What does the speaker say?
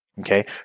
okay